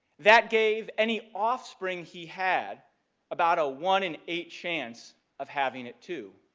that gave any offspring he had about a one in eight chance of having it too